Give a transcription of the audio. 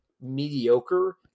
mediocre